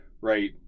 right